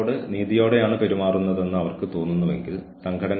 ഭീഷണിപ്പെടുത്തൽ എന്താണെന്നും അത് എന്തല്ലെന്നും ആളുകൾ അറിഞ്ഞിരിക്കണം